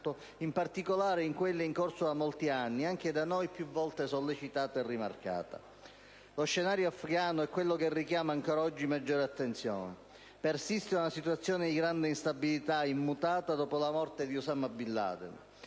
in particolare in quelle in corso da molti anni, anche da noi più volte sollecitata e rimarcata. Lo scenario afgano è quello che richiama ancora oggi maggiore attenzione. Persiste una situazione di grande instabilità, immutata dopo la morte di Osama Bin Laden.